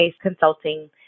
consulting